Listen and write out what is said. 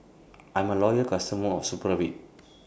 I'm A Loyal customer of Supravit